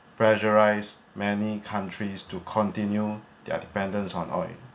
pressurize many countries to continue their dependence on oil